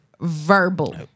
verbal